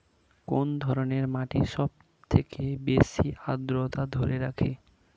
কোন ধরনের মাটি সবথেকে বেশি আদ্রতা ধরে রাখে?